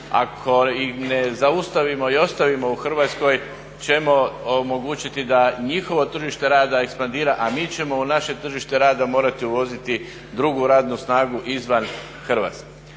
ako ih ne zaustavimo i ostavimo u Hrvatskoj ćemo omogućiti da njihovo tržište rada ekspandira, a mi ćemo u naše tržište rada morati uvoziti drugu radnu snagu izvan Hrvatske.